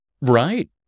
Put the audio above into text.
Right